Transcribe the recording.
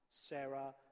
sarah